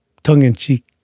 tongue-in-cheek